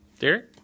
Derek